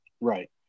right